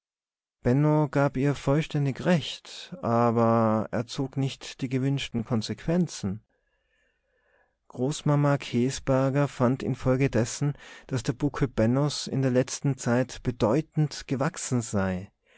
gab ihr vollständig recht aber er zog nicht die gewünschten konsequenzen großmama käsberger fand infolgedessen daß der buckel bennos in der letzten zeit bedeutend gewachsen sei